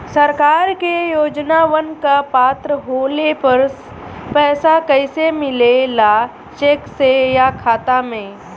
सरकार के योजनावन क पात्र होले पर पैसा कइसे मिले ला चेक से या खाता मे?